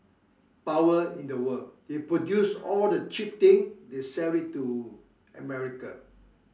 power in the world they produce all the cheap thing they sell it to America